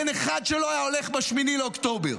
אין אחד שלא היה הולך ב-8 באוקטובר,